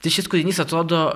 tai šis kūrinys atrodo